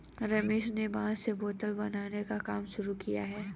रमेश ने बांस से बोतल बनाने का काम शुरू किया है